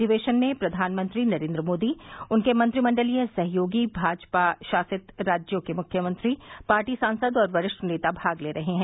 अधिवेशन में प्रधानमंत्री नरेन्द्र मोदी उनके मंत्रिमंडलीय सहयोगी भाजपा शासित राज्यों के मुख्यमंत्री पार्टी सांसद और वरिष्ठ नेता भाग ले रहे हैं